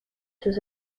sus